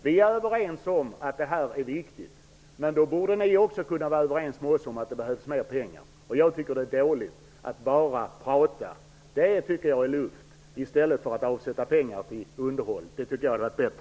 Vi är överens om att underhållet är viktigt. Men då borde ni också kunna vara överens med oss om att det behövs mer pengar. Jag tycker att det är dåligt att bara prata luft i stället för att avsätta pengar till underhåll. Det hade varit bättre.